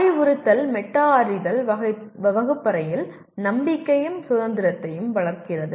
அறிவுறுத்தல் மெட்டா அறிதல் வகுப்பறையில் நம்பிக்கையையும் சுதந்திரத்தையும் வளர்க்கிறது